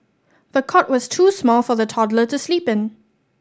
the cot was too small for the toddler to sleep in